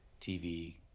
TV